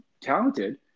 talented